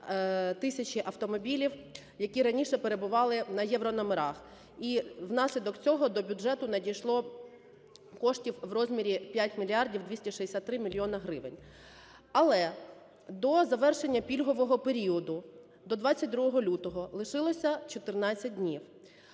тисяч автомобілів, які раніше перебували на єврономерах. І внаслідок цього до бюджету надійшло коштів в розмірі 5 мільярдів 263 мільйона гривень. Але до завершення пільгового періоду до 22 лютого лишилося 14 днів.